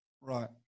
Right